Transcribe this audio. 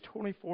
24